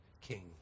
king